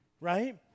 right